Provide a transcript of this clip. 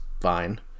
fine